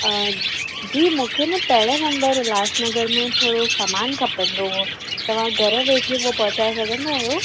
जी मूंखे न पहिरें नंबर उल्लासनगर में थोरो सामान खपंदो हुओ तव्हां घरु वेठे उहो पहुचाए सघंदा आहियो